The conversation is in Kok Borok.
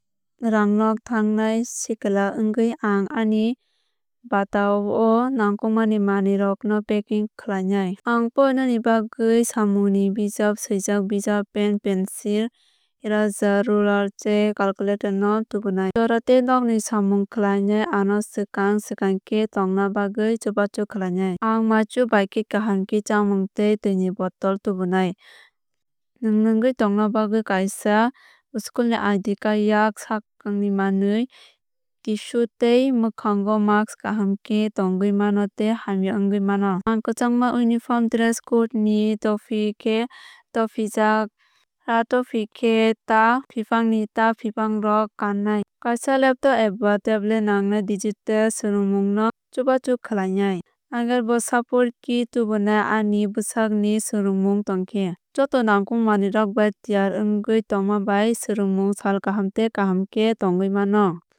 Rwngnok thangnai sikla wngwi ang ani bata oh o nangkukmani manwi rokno packing khlai nai. Ang porinani bagwi swngmungni bijap swijak bijap pen pencil eraser ruler tei calculator no tubunai. Jora tei nokni samung khlainai ano swkang swkang khe tongna bagwi chubachu khlainai. Ang maichu bai khe kaham khe chamung tei twini bottle tubunai. Nwng nwngwi tongna bagwi kaisa school ni ID card yak swkaknai manwi tissue tei mwkhango mask kaham khe tongwi mano tei hamya wngwi mano. Ang kwchangma uniform dress code ni tophi khe tophijak aa tophi khe tẃiphangni tẃiphangrok kannai. Kaisa laptop eba tablet nangkhe digital swrwngmungno chubachu khwlainai. Ang bo sports kit tubunai ani bwsakni swrwngmung tongkhe. Joto nangkukmani manwirok bai tiyar wngwi tongma bai swrwngmung sal kaham tei kaham khe tongwi mano.